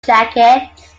jackets